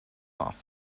off